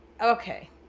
Okay